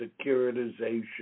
securitization